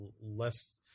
less